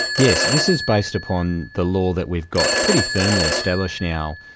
yes. this is based upon the law that we've got pretty firmly established now,